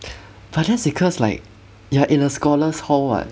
but then it's cause like you are in a scholar's hall [what]